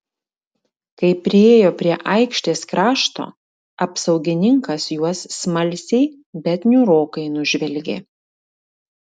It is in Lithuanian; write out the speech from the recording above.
kai priėjo prie aikštės krašto apsaugininkas juos smalsiai bet niūrokai nužvelgė